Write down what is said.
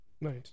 Nice